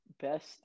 best